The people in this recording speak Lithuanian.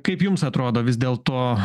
kaip jums atrodo vis dėl to